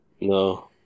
No